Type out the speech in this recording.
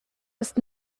ist